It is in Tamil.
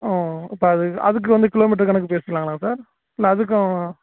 ஓ இப்போ அது அதுக்கு வந்து கிலோமீட்டர் கணக்கு பேசிக்கலாங்களா சார் இல்லை அதற்கும்